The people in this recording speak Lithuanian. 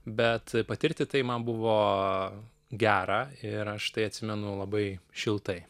bet patirti tai man buvo gera ir aš tai atsimenu labai šiltai